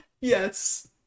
Yes